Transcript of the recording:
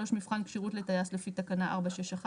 (3) מבחן כשירות לטייס לפי תקנה 461